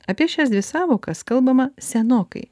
apie šias dvi sąvokas kalbama senokai